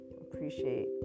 appreciate